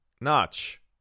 Notch